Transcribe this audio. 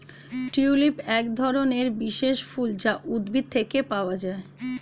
tulip একধরনের বিশেষ ফুল যা উদ্ভিদ থেকে পাওয়া যায়